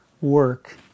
work